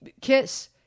kiss